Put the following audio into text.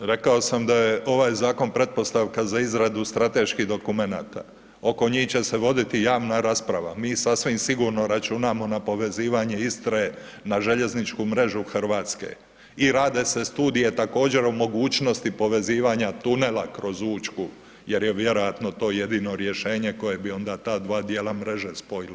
Rekao sam da je ovaj zakon pretpostavka za izradu strateških dokumenata, oko njih će se voditi javna rasprava, mi sasvim sigurno računamo na povezivanje Istre na željezničku mrežu RH i rade se studije također o mogućnosti povezivanja tunela kroz Učku jer je vjerojatno to jedino rješenje koje bi onda ta dva dijela mreže spojila.